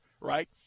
right